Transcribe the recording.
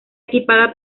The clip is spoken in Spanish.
equipada